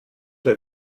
der